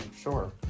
sure